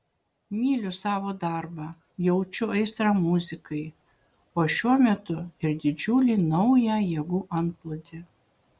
myliu savo darbą jaučiu aistrą muzikai o šiuo metu ir didžiulį naują jėgų antplūdį